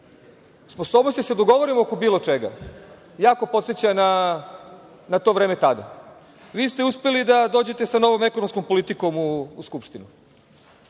sposobnosti da se dogovorimo oko bilo čega, jako podseća na to vreme tada. Vi ste uspeli da dođete sa novom ekonomskom politikom u Skupštinu,